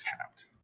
tapped